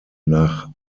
nach